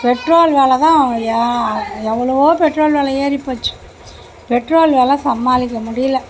petrol வெலை தான் எவ்வளோ பெட்ரோல் வெலை ஏறிப்போச்சு பெட்ரோல் வெலை சமாளிக்க முடியலை